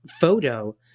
photo